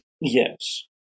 Yes